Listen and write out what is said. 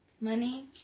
money